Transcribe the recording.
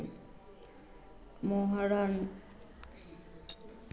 मनोहर कहले कि कृपया करे मोर खातार विवरण भेज